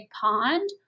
pond